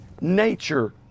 nature